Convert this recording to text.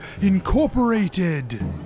Incorporated